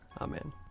Amen